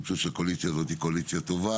אני חושב שהקואליציה הזאת היא קואליציה טובה